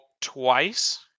twice